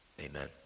amen